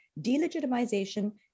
delegitimization